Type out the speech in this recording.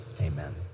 amen